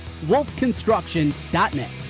wolfconstruction.net